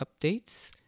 updates